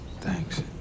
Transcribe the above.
Thanks